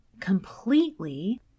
completely